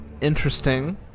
interesting